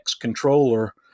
controller